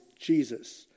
Jesus